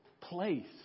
place